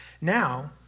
Now